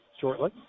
shortly